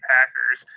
Packers